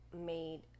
made